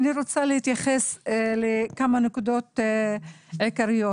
אני רוצה להתייחס לכמה נקודות עיקריות.